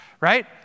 right